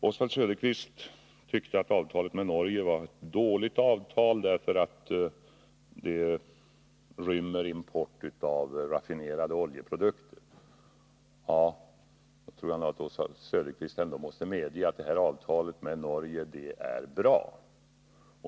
Oswald Söderqvist tyckte att avtalet med Norge var dåligt, eftersom det rymmer import av raffinerade oljeprodukter. Jag tror ändå att Oswald Söderqvist måste medge att detta avtal är bra.